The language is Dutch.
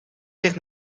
zich